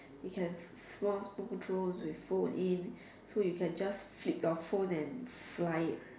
you can more drones with phone in so you can just flip your phone and fly it